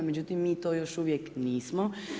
Međutim, mi to još uvijek nismo.